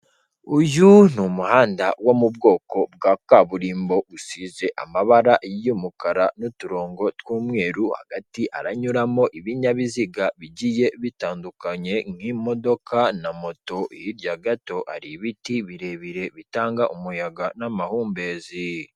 Uyu ni umuhanda wo mu bwoko bwa kaburimbo. Usize amabara y'umukara n'uturongo tw'umweru, hagati haranyuramo ibinyabiziga bigiye bitandukanye nk'imodoka na moto. Hirya gato hari ibiti birebire bitanga umuyaga n'amahumbezi.